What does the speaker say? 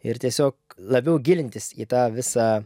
ir tiesiog labiau gilintis į tą visą